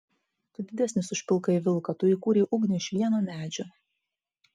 tu didesnis už pilkąjį vilką tu įkūrei ugnį iš vieno medžio